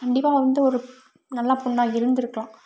கண்டிப்பாக அவள் வந்து ஒரு நல்ல பொண்ணாக இருந்திருக்கலாம்